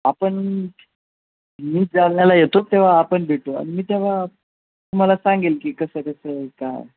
आपण मी जालन्याला येतो तेव्हा आपण भेटू आणि मी तेव्हा तुम्हाला सांगेल की कसं कसं काय